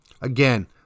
Again